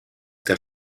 der